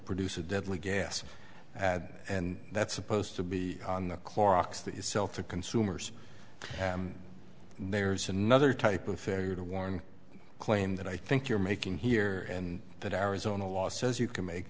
produce a deadly gas ad and that's supposed to be on the clorox that you sell to consumers and there's another type of failure to warn claim that i think you're making here and that arizona law says you can make